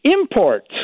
imports